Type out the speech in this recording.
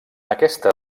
aquesta